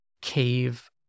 cave